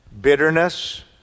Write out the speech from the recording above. bitterness